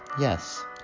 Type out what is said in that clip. yes